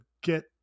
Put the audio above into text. get